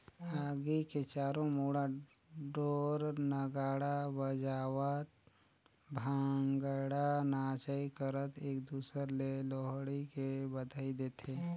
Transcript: आगी के चारों मुड़ा ढोर नगाड़ा बजावत भांगडा नाचई करत एक दूसर ले लोहड़ी के बधई देथे